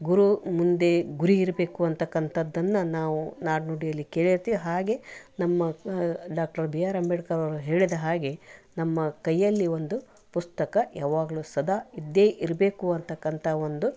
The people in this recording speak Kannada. ಗುರು ಮುಂದೆ ಗುರಿ ಇರಬೇಕು ಅನ್ನತಕ್ಕಂಥದ್ದನ್ನ ನಾವು ನಾಡು ನುಡೀಲಿ ಕೇಳಿರ್ತೀವಿ ಹಾಗೆ ನಮ್ಮ ಡಾ ಬಿ ಆರ್ ಅಂಬೇಡ್ಕರ್ ಅವ್ರು ಹೇಳಿದ ಹಾಗೆ ನಮ್ಮ ಕೈಯ್ಯಲ್ಲಿ ಒಂದು ಪುಸ್ತಕ ಯಾವಾಗಲೂ ಸದಾ ಇದ್ದೇ ಇರಬೇಕು ಅನ್ನತಕ್ಕಂಥ ಒಂದು